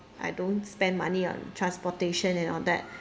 I don't spend money on transportation and all that